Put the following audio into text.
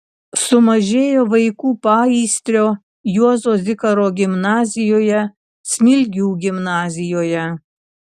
sumažėjo vaikų paįstrio juozo zikaro gimnazijoje smilgių gimnazijoje